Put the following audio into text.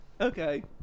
Okay